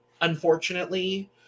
unfortunately